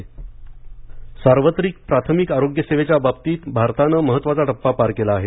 आयष्मान भारत सार्वत्रिक प्राथमिक आरोग्य सेवेच्या बाबतीत भारताने महत्त्वाचा टप्पा पार केला आहे